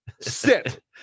Sit